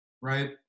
right